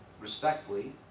respectfully